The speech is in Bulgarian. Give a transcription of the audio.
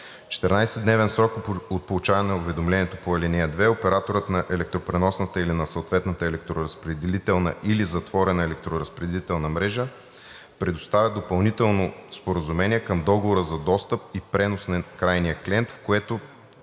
14-дневен срок от получаване на уведомлението по ал. 2 операторът на електропреносната или на съответната електроразпределителна или затворена електроразпределителна мрежа предоставя допълнително споразумение към договора за достъп и пренос на крайния клиент, в което